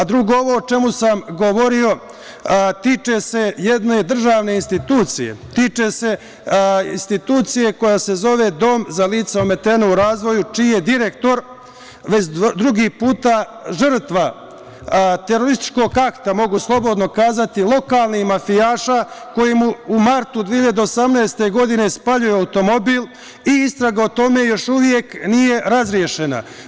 Drugo, ovo o čemu sam govorio tiče se jedne državne institucije, tiče se institucije koja se zove Dom za lica ometena u razvoju, čiji je direktor već drugi put žrtva terorističkog akta, mogu slobodno da kažem lokalnih mafijaša, koji u martu 2018. godine, spaljuju automobil i istraga o tome još uvek nije razrešena.